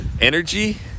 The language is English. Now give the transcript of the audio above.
energy